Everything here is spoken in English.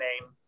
name